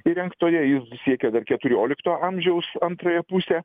įrengtoje ji siekia dar keturiolikto amžiaus antrąją pusę